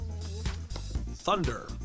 Thunder